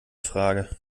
frage